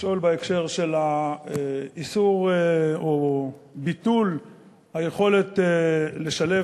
לשאול בהקשר של האיסור או ביטול היכולת לשלב